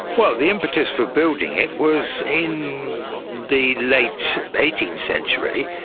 well, the impetus for building it was in the late eighteenth century,